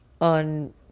on